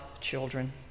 children